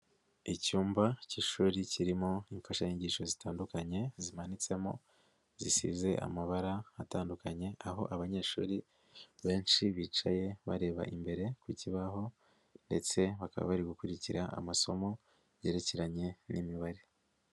Icyumba cy'ishuri kirimo imfashanyigisho zitandukanye, zimanitsemo, zisize amabara atandukanye, aho abanyeshuri benshi bicaye, bareba imbere ku kibaho ndetse bakaba bari gukurikira amasomo, yerekeranye n'imibare.